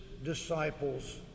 disciples